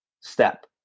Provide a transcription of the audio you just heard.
step